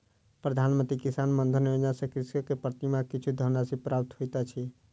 प्रधान मंत्री किसान मानधन योजना सॅ कृषक के प्रति माह किछु धनराशि प्राप्त होइत अछि